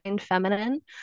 feminine